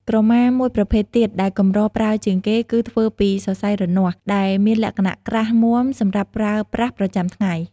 ក្រមាមួយប្រភេទទៀតដែលកម្រប្រើជាងគេគឺធ្វើពី សរសៃរនាស់ ដែលមានលក្ខណៈក្រាស់មាំសម្រាប់ប្រើប្រាស់ប្រចាំថ្ងៃ។